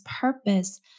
purpose